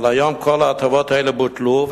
אבל היום כל ההטבות הלוא בוטלו,